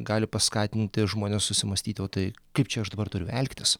gali paskatinti žmones susimąstyti o tai kaip čia aš dabar turiu elgtis